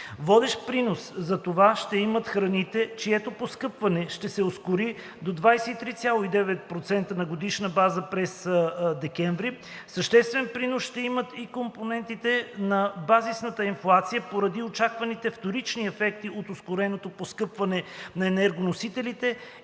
Водещ принос за това ще имат храните, чието поскъпване ще се ускори до 23,9% на годишна база през декември. Съществен принос ще имат и компонентите на базисната инфлация поради очакваните вторични ефекти от ускореното поскъпване на енергоносителите